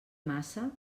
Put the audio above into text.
massa